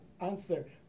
answer